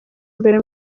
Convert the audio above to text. imbere